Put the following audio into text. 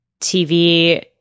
TV